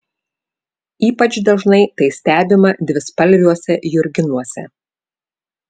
ypač dažnai tai stebima dvispalviuose jurginuose